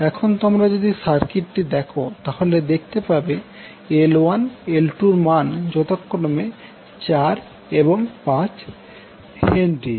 এখন তোমরা যদি সার্কিটটি দেখো তাহলে দেখতে পাবে L1 L2এরমান যথাক্রমে 4 এবং 5 হেনরি